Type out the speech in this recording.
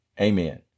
Amen